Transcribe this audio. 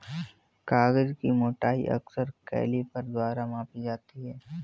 कागज की मोटाई अक्सर कैलीपर द्वारा मापी जाती है